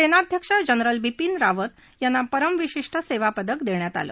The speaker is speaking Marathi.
समिध्यक्ष जनरल बिपिन रावत यांना परम विशिष्ट सद्या पदक दख्यात आलं